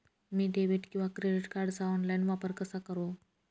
मी debit किंवा credit कार्डचा online वापर कसा करु?